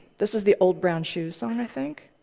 this is the old brown shoe song, i think.